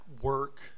work